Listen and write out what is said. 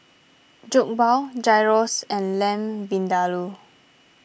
Jokbal Gyros and Lamb Vindaloo